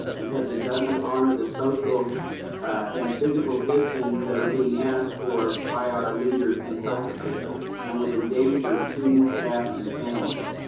because it doesn't honor the social and physical distance that are being asked for by our leaders and health officials and would endanger students, staff, and families.